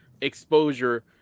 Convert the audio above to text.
exposure